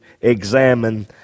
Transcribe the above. examine